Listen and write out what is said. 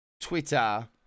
twitter